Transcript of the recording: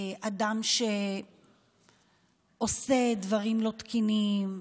אדם שעושה דברים לא תקינים,